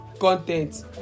content